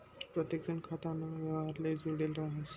प्रत्येकजण खाताना व्यवहारले जुडेल राहस